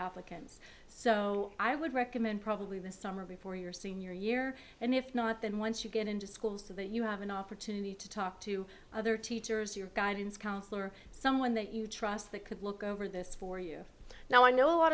applicants so i would recommend probably the summer before your senior year and if not then once you get into schools today you have an opportunity to talk to other teachers your guidance counselor someone that you trust that could look over this for you now i know a lot